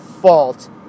fault